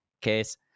Case